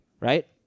right